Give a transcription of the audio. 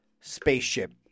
spaceship